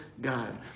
God